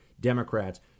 Democrats